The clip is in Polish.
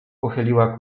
pochyliła